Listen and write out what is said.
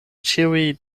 ĉiuj